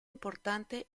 importante